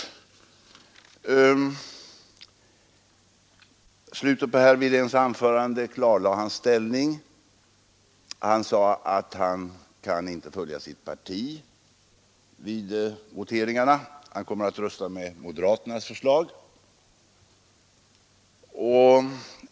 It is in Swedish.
Slutet på herr Wedéns anförande klargjorde hans ställning. Han sade att han inte kan följa sitt parti vid voteringarna; han kommer att rösta med moderaternas förslag.